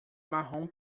marrom